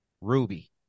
Ruby